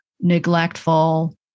neglectful